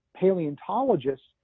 paleontologists